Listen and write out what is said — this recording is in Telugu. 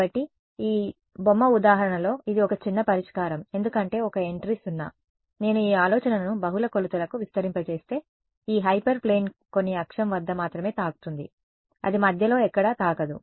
కాబట్టి ఈ బొమ్మ ఉదాహరణలో ఇది ఒక చిన్న పరిష్కారం ఎందుకంటే ఒక ఎంట్రీ 0 నేను ఈ ఆలోచనను బహుళ కొలతలకు విస్తరింపజేస్తే ఈ హైపర్ ప్లేన్ కొన్ని అక్షం వద్ద మాత్రమే తాకుతుంది అది మధ్యలో ఎక్కడా తాకదు